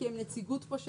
כי הנציגות של